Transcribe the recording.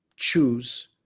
choose